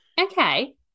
okay